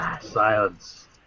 Silence